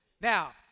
Now